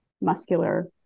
muscular